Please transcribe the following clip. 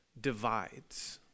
divides